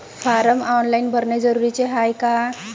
Form online भरने जरुरीचे हाय का?